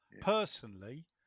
Personally